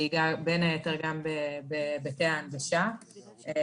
בין היתר גם בהיבטי ההנגשה,